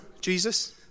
Jesus